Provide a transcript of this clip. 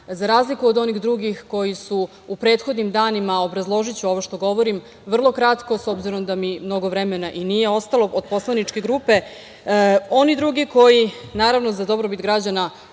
za razliku od onih drugih, koji su u prethodnim danima, a obrazložiću ovo što govorim vrlo kratko, s obzirom da mi mnogo vremena i nije ostalo od poslaničke grupe, oni drugi koji, naravno, za dobrobit građana